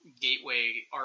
gateway